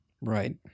Right